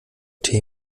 tee